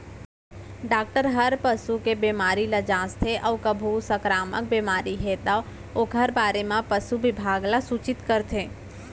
doctor हर पसू के बेमारी ल जांचथे अउ कभू संकरामक बेमारी हे तौ ओकर बारे म पसु बिभाग ल सूचित करथे